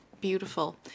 beautiful